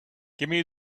gimme